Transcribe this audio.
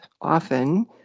often